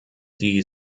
die